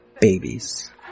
babies